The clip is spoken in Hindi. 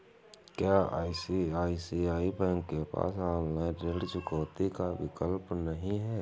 क्या आई.सी.आई.सी.आई बैंक के पास ऑनलाइन ऋण चुकौती का विकल्प नहीं है?